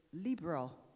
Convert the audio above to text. liberal